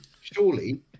surely